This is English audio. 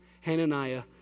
Hananiah